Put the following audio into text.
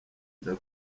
nza